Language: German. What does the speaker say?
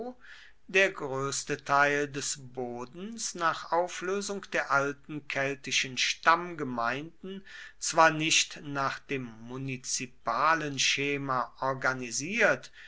der größte teil des bodens nach auflösung der alten keltischen stammgemeinden zwar nicht nach dem munizipalen schema organisiert